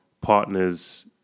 partners